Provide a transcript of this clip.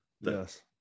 Yes